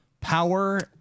power